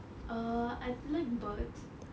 err I like birds